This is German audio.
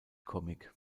comic